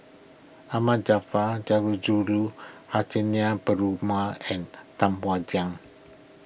Ahmad Jarfar Sundarajulu Perumal and Tam Wai Jia